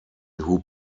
who